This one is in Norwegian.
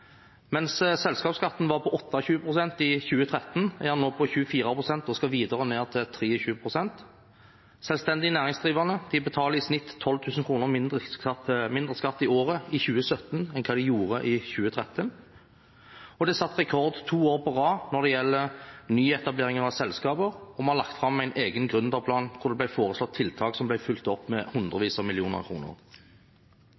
Mens selskapsskatten var på 28 pst. i 2013, er den nå på 24 pst. og skal videre ned til 23 pst. Selvstendig næringsdrivende betaler i snitt 12 000 kr mindre skatt i året i 2017 enn hva de gjorde i 2013, det er satt rekord to år på rad når det gjelder nyetableringer av selskap, og vi har lagt fram en egen gründerplan hvor det ble foreslått tiltak som ble fulgt opp med